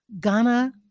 Ghana